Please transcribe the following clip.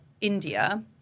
India